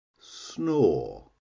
snore